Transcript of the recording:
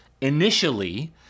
initially